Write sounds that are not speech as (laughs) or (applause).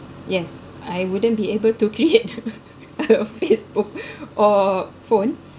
yes I wouldn't be able to create (laughs) a facebook or phone